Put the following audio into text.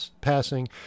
passing